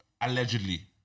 Allegedly